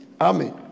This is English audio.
Amen